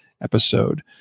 episode